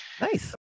Nice